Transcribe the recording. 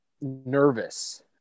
nervous